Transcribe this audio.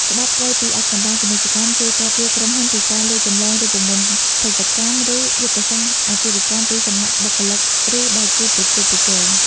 ច្បាប់ស្ដីពីអាថ៌កំបាំងពាណិជ្ជកម្ម ជួយការពារក្រុមហ៊ុនពីការលួចចម្លងរូបមន្តផលិតកម្ម ឬយុទ្ធសាស្ត្រអាជីវកម្មពីសំណាក់បុគ្គលិក ឬដៃគូប្រកួតប្រជែង។